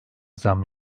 zam